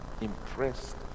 impressed